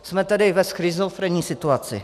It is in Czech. Jsme tedy ve schizofrenní situaci.